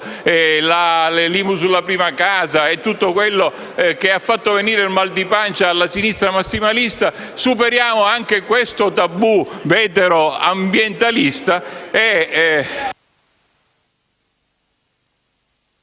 e tutto quello che ha fatto venire il mal di pancia alla sinistra massimalista. Superiamo anche questo tabù veteroambientalista!